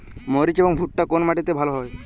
মরিচ এবং ভুট্টা কোন মাটি তে ভালো ফলে?